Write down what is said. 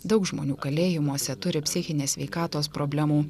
daug žmonių kalėjimuose turi psichinės sveikatos problemų